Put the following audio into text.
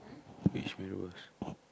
which mee-rebus